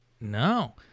No